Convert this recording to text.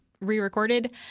re-recorded